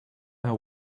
are